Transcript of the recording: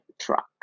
truck